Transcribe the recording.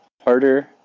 harder